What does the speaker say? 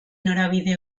norabide